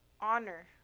honor